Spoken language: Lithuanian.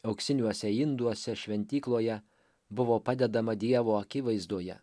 auksiniuose induose šventykloje buvo padedama dievo akivaizdoje